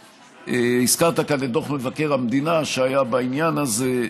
שהזכרת כאן את דוח מבקר המדינה שהיה בעניין הזה,